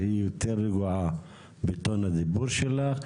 תהיי יותר רגועה בטון הדיבור שלך.